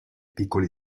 piccoli